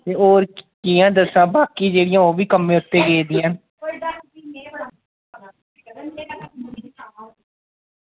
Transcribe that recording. ते होर कियां दस्सां बाकी जेह्ड़ियां ओह् बी कम्में उत्तै गेदियां न